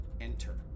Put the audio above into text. Enter